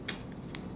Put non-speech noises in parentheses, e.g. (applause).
(noise)